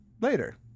later